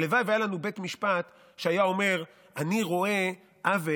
הלוואי שהיה לנו בית משפט שהיה אומר: אני רואה עוול,